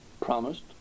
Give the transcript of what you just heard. promised